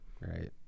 Right